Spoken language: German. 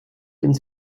ins